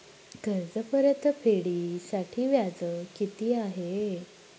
कर्ज परतफेडीसाठी व्याज किती आहे?